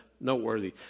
noteworthy